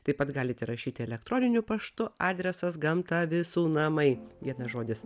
taip pat galite rašyti elektroniniu paštu adresas gamta visų namai vienas žodis